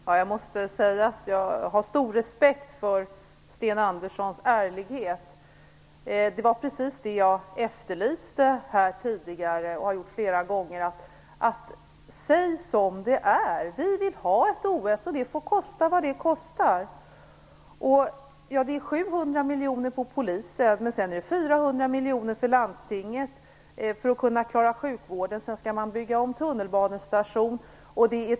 Herr talman! Jag måste säga att jag har stor respekt för Sten Anderssons ärlighet. Jag efterlyste tidigare just att man skall säga som det är - det har jag efterlyst flera gånger förr. Man skall säga att man vill ha ett OS och att det får kosta vad det kosta vill. Det handlar om 700 miljoner för polisen. Sedan tillkommer 400 miljoner för att landstinget skall kunna klara av sjukvården. Tunnelbanestationer skall byggas om.